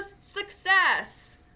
success